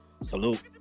Salute